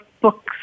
books